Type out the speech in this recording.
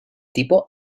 tipo